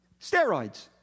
Steroids